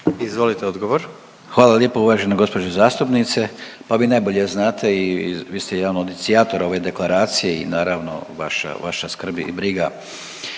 Gordan (HDZ)** Hvala lijepo uvažena gospođo zastupnice. Pa vi najbolje znate i vi ste jedan od inicijatora ove deklaracije i naravno vaša skrb i briga.